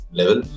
level